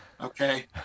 okay